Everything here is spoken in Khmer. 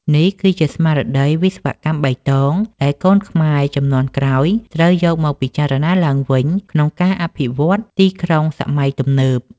នេះគឺជាស្មារតី វិស្វកម្មបៃតង ដែលកូនខ្មែរជំនាន់ក្រោយត្រូវយកមកពិចារណាឡើងវិញក្នុងការអភិវឌ្ឍទីក្រុងសម័យទំនើប។